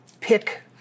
pick